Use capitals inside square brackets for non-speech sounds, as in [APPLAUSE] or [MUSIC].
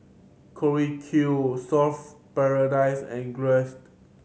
[UNINTELLIGIBLE] Q Surfer Paradise and [UNINTELLIGIBLE]